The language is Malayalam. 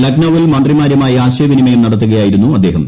ലക്നൌവിൽ മന്ത്രിമാരുമായി ആശയവിനിമയം നടത്തുകയായിരുന്നു അദ്ദേഹം